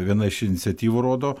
vieną iš iniciatyvų rodo